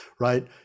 right